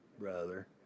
brother